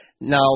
Now